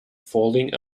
falling